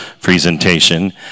presentation